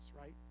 right